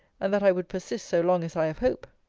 and that i would persist so long as i have hope.